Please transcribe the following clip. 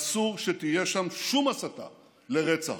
אסור שתהיה שם שום הסתה לרצח,